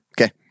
Okay